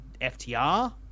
FTR